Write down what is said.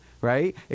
Right